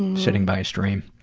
and sitting by a stream.